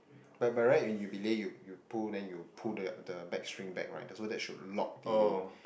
by by right when you belay you you pull then you pull the the back string bag right so there should lock the